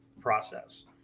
process